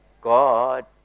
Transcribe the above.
God